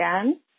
again